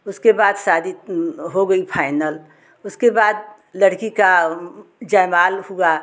उसके बाद शादी हो गई फाइनल उसके बाद लड़की का जयमाल हुआ